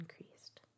increased